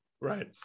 right